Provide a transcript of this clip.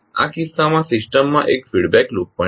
આ કિસ્સામાં સિસ્ટમમાં એક ફીડબેક લૂપ પણ છે